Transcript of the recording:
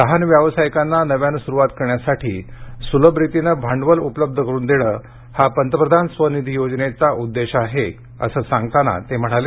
लहान व्यावयासिकांना नव्यानं सुरुवात करण्यासाठी सुलभ रितीने भांडवल उपलब्ध करुन देणं हा पंतप्रधान स्वनिधी योजनेचा उद्देश आहे असं सांगताना ते म्हणाले